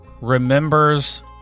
remembers